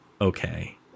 okay